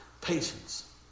Patience